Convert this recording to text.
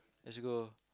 let's go